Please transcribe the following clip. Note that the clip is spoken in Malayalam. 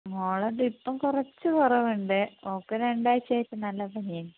മോളത് ഇപ്പം കുറച്ച് കുറവുണ്ട് ഓൾക്ക് രണ്ടാഴ്ചയായിട്ട് നല്ല പനിയായിനി